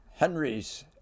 Henry's